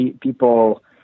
people